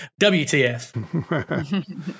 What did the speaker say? WTF